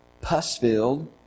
pus-filled